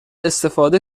استفاده